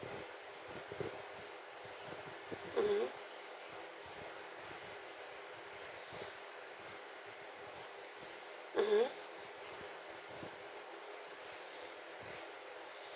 mmhmm mmhmm